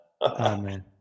Amen